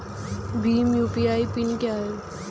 Bhim UPI PIN क्या है?